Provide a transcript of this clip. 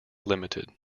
limited